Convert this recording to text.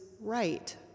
right